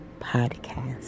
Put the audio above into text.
podcast